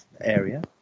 area